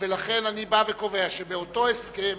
ולכן אני קובע שבאותו הסכם